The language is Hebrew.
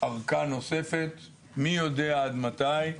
ארכה נוספת, מי יודע עד מתי.